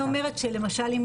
למשל,